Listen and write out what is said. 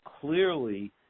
clearly